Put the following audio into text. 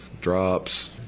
drops